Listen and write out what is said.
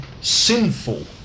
sinful